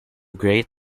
great